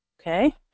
okay